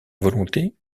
volonté